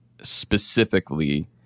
specifically